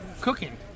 cooking